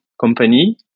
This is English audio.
company